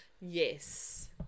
yes